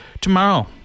tomorrow